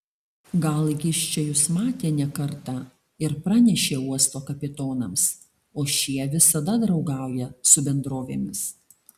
gal jis čia jus matė ne kartą ir pranešė uosto kapitonams o šie visada draugauja su bendrovėmis